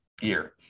year